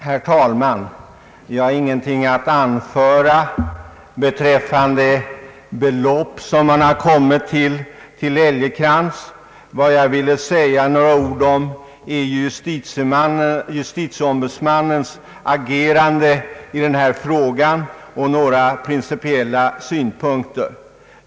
Herr talman! Jag har inget att anföra beträffande det belopp som föreslås utgå till Bo Älgekrans. Jag vill bara ta upp justitieombudsmannens agerande i denna fråga samt anlägga några principiella synpunkter.